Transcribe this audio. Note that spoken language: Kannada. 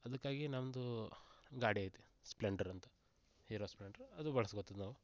ಅದಕ್ಕಾಗಿ ನಮ್ಮದು ಗಾಡಿ ಐತೆ ಸ್ಲೆಂಡರ್ ಅಂತ ಹೀರೊ ಸ್ಲೆಂಡ್ರ್ ಅದು ಬಳಸ್ಕೋತೀವ್ ನಾವು